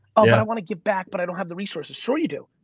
ah yeah i wanna give back, but i don't have the resources. sure you do,